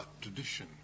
tradition